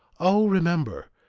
o remember,